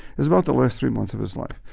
it's about the last three months of his life.